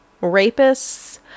rapists